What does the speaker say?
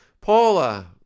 paula